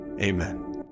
Amen